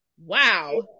Wow